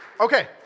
Okay